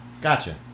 Gotcha